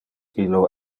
illo